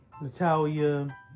Natalia